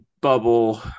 bubble